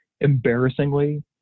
Embarrassingly